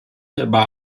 aber